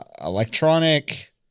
electronic